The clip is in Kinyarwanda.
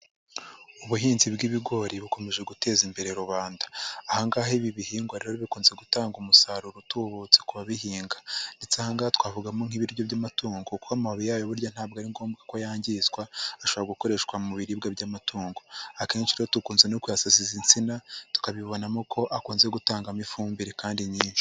Ubuhinzi bw'ibigori bukomeje guteza imbere rubanda, aha ngaha ibi bihingwa rero bikunze gutanga umusaruro utubutse ku babihinga ndetse aha nagaha twavugamo nk'ibiryo by'amatungo kuko amababi yayo burya ntabwo ari ngombwa ko yangizwa, ashobora gukoreshwa mu biribwa by'amatungo, akenshi rero dukunze no kuyasasiza insina, tukabibonamo ko akunze gutangamo ifumbire kandi nyinshi.